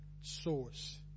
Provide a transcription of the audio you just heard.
source